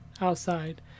outside